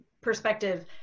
perspective